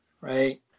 right